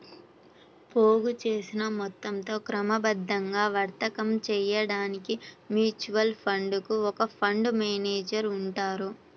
పోగుచేసిన మొత్తంతో క్రమబద్ధంగా వర్తకం చేయడానికి మ్యూచువల్ ఫండ్ కు ఒక ఫండ్ మేనేజర్ ఉంటారు